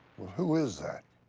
who is that?